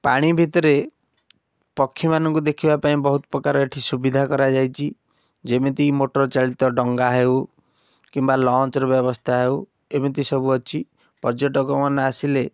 ପାଣି ଭିତରେ ପକ୍ଷୀମାନଙ୍କୁ ଦେଖିବାପାଇଁ ବହୁତ ପ୍ରକାର ଏଠି ସୁବିଧା କରାଯାଇଛି ଯେମିତି ମୋଟର ଚାଳିତ ଡଙ୍ଗା ହେଉ କିମ୍ବା ଲଞ୍ଚ୍ର ବ୍ୟବସ୍ଥା ହେଉ ଏମିତ ସବୁ ଅଛି ପର୍ଯ୍ୟଟକ ମାନେ ଆସିଲେ